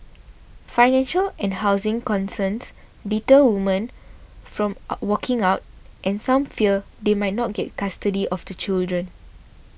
financial and housing concerns deter women from walking out and some fear they may not get custody of the children